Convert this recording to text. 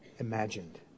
Imagined